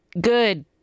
good